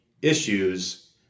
issues